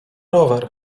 rower